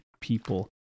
people